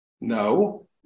No